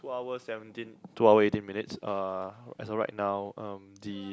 two hour seventeen two hour eighteen minutes(uh) as of right now um the